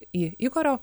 į igorio